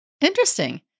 Interesting